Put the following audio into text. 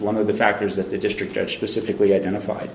one of the factors that the district of specifically identified